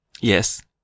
Yes